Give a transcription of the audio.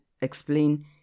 explain